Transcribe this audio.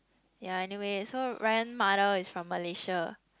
ya anyway so Ryan mother is from Malaysia